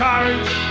Courage